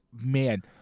man